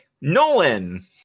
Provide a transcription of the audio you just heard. Nolan